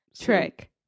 Trick